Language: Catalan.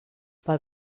pel